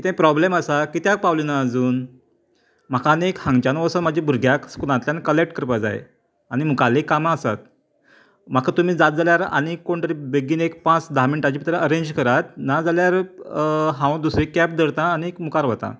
कितें प्रोब्लेम आसा कित्याक पावले ना आजून म्हाका आनीक एक हांगच्यान वोचोन म्हजे भुरग्याक स्कुलांतल्यान कलेक्ट करपाक जाय आनी मुखाल्लीं कामां आसात म्हाका तुमी जात जाल्यार आनी कोण तरी बेग्गीन एक पांच धा मिण्टांनी एरेंज करात नाजाल्यार हांव दुसरे कडेन कॅब धरतां आनी मुखार वतां